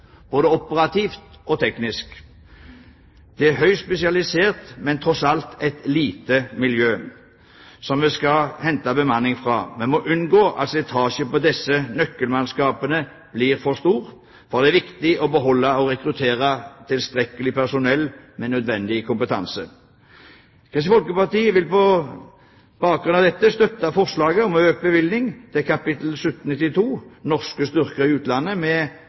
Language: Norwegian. både operativt og teknisk. Det er et høyt spesialisert, men tross alt et lite miljø som vi skal hente bemanningen fra. Vi må unngå at slitasje på disse nøkkelmannskapene blir for stor, for det er viktig å beholde og rekruttere tilstrekkelig personell med nødvendig kompetanse. Kristelig Folkeparti vil på denne bakgrunn støtte forslaget om å øke bevilgningen på kapittel 1792, Norske styrker i utlandet,